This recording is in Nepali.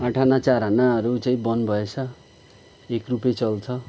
आठआना चारआनाहरू चाहिँ बन्द भएछ एक रुपियाँ चल्छ